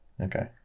okay